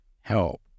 help